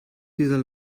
dieser